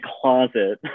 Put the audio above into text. closet